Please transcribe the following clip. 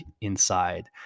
inside